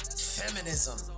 feminism